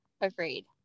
Agreed